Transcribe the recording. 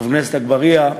חבר הכנסת אגבאריה,